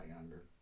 younger